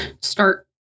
start